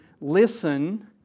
listen